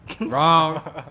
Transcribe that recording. Wrong